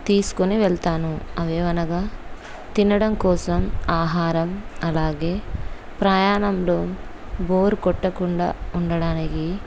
తీసుకొని వెళతాను అవే అనగా తినడం కోసం ఆహారం అలాగే ప్రయాణంలో బోర్ కొట్టకుండా ఉండటానికి